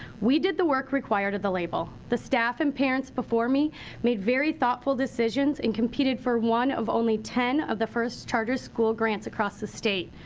we did the work required of the label. the staff and parents before me made very thoughtful decisions and competed for one of only ten, of the first charter school grants across the state.